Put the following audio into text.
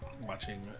Watching